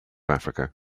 africa